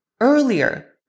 earlier